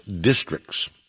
districts